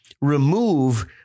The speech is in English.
remove